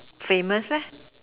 famous leh